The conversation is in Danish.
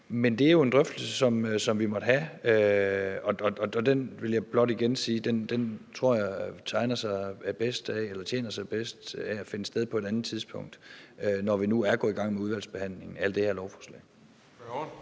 Men det er jo en drøftelse, som vi må tage, og jeg vil blot igen sige, at jeg tror, det tjener den bedst, at den finder sted på et andet tidspunkt, når vi nu er gået i gang med udvalgsbehandlingen af lovforslaget.